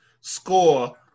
Score